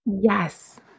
Yes